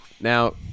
Now